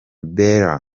bell